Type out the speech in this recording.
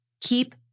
Keep